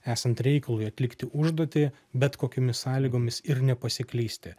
esant reikalui atlikti užduotį bet kokiomis sąlygomis ir nepasiklysti